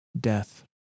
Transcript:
Death